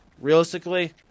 Realistically